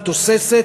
היא תוססת,